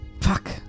Fuck